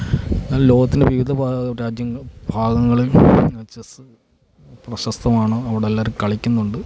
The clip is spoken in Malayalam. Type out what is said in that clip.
എന്നാലും ലോകത്തിൻ്റെ വിവിധ ഭാഗ രാജ്യ ഭാഗങ്ങളിൽ ചെസ്സ് പ്രശസ്തമാണ് അവിടെ എല്ലാവരും കളിക്കുന്നുണ്ട്